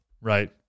right